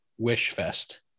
wishfest